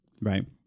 Right